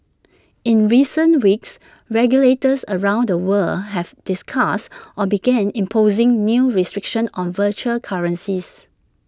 in recent weeks regulators around the world have discussed or begun imposing new restrictions on virtual currencies